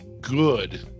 good